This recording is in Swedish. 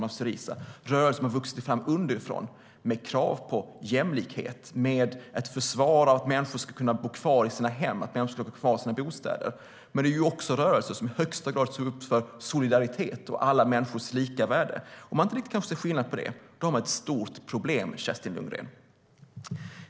De är rörelser som har vuxit fram underifrån, med krav på jämlikhet och med ett försvar av att människor ska kunna bo kvar i sina hem och bostäder. De är också rörelser som i högsta grad står upp för solidaritet och alla människors lika värde. Om man inte kan se skillnaden här har man ett stort problem, Kerstin Lundgren.